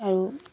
আৰু